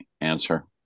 answer